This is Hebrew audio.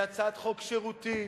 היא הצעת חוק שירותית,